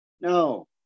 No